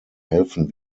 helfen